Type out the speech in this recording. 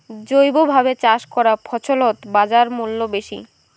জৈবভাবে চাষ করা ফছলত বাজারমূল্য বেশি